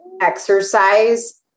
exercise